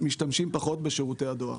משתמשים פחות בשירותי הדואר.